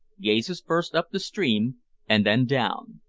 gazes first up the stream and then down.